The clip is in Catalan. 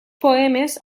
poemes